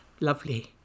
lovely